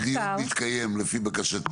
לצורך הדיון עכשיו, שהדיון התקיים לפי בקשתי.